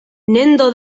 nendo